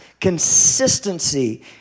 consistency